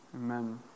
amen